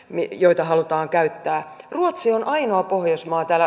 ne joita halutaan käyttää ruotsin ainoa pohjoismaat älä